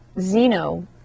zeno